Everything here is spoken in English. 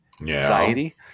anxiety